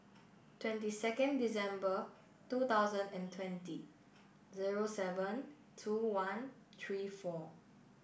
twenty second Dec two thousand and twenty zero seven two one three four